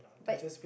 but